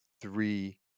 three